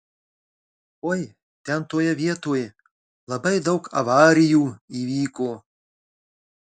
oi ten toje vietoj labai daug avarijų įvyko